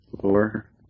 Four